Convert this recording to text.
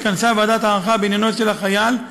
התכנסה ועדת הערכה בעניינו של החייל,